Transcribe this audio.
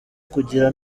kugira